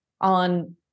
on